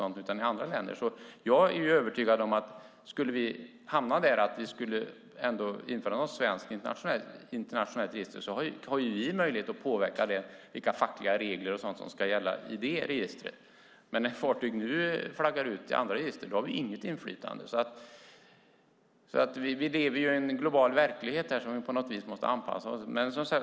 De hamnar i andra länder. Jag är därför övertygad om att vi om vi skulle införa ett svenskt, internationellt register har möjlighet att påverka vilka fackliga regler och sådant som ska gälla i detta register. Men när fartyg nu flaggar ut till andra register har vi inget inflytande. Vi lever i en global verklighet som vi på något vis måste anpassa oss efter.